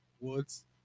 Woods